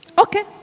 Okay